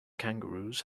kangaroos